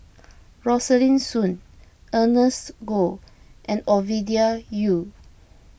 Rosaline Soon Ernest Goh and Ovidia Yu